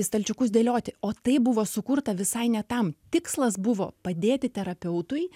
į stalčiukus dėlioti o tai buvo sukurta visai ne tam tikslas buvo padėti terapeutui